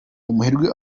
umuherwe